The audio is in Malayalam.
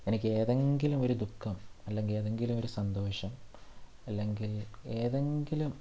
എനിക്ക് ഏതെങ്കിലുമൊരു ദുഃഖം അല്ലങ്കിൽ ഏതെങ്കിലുമൊരു സന്തോഷം അല്ലങ്കിൽ ഏതെങ്കിലും